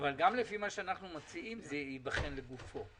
אבל גם לפי מה שאנחנו מציעים זה ייבחן לגופו.